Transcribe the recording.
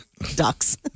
Ducks